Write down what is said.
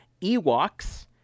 Ewoks